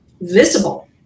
visible